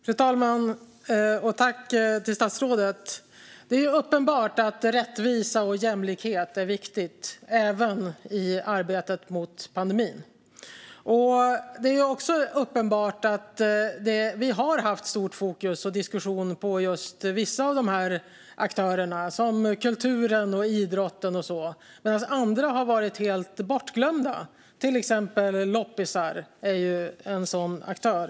Fru talman! Tack, statsrådet! Det är uppenbart att rättvisa och jämlikhet är viktigt även i arbetet mot pandemin. Det är också uppenbart att vi har haft stort fokus på och mycket diskussion om just vissa av aktörerna, som kulturen och idrotten, medan andra har varit helt bortglömda. Till exempel loppisar är en sådan aktör.